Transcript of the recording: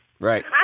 Right